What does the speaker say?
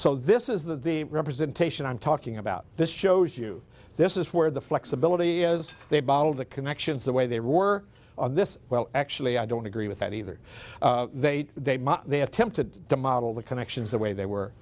so this is that the representation i'm talking about this shows you this is where the flexibility is they bottled the connections the way they were on this well actually i don't agree with that either they they they attempted to model the connections the way they were